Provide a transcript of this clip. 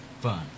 fun